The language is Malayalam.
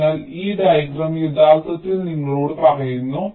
അതിനാൽ ഈ ഡയഗ്രം യഥാർത്ഥത്തിൽ നിങ്ങളോട് പറയുന്നു